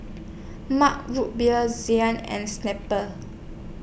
Mug Root Beer Zinc and Snapple